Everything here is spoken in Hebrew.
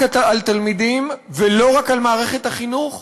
על תלמידים ולא רק על מערכת החינוך,